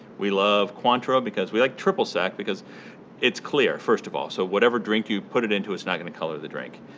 we love cointreau because we like triple sec because it's clear, first of all. so whatever drink you put it into, it's not going to color the drink.